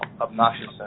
obnoxious